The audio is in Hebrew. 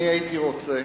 אני הייתי רוצה